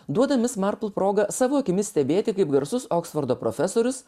duoda mis marpl progą savo akimis stebėti kaip garsus oksfordo profesorius